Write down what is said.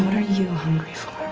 are you hungry for?